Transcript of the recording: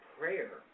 prayer